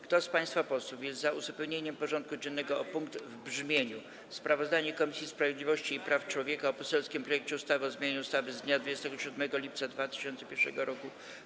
Kto z państwa posłów jest za uzupełnieniem porządku dziennego o punkt w brzmieniu: Sprawozdanie Komisji Sprawiedliwości i Praw Człowieka o poselskim projekcie ustawy o zmianie ustawy z dnia 27 lipca 2001 r.